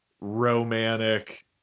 romantic